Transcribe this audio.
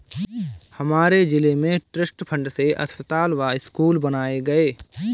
हमारे जिले में ट्रस्ट फंड से अस्पताल व स्कूल बनाए गए